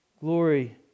Glory